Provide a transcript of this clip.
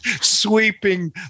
sweeping